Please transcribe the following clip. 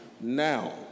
now